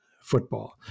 football